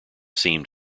seemed